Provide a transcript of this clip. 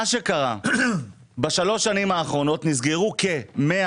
מה שקרה זה שבשלוש השנים האחרונות נסגרו כ-150